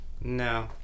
No